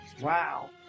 Wow